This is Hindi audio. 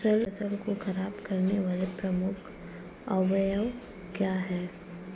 फसल को खराब करने वाले प्रमुख अवयव क्या है?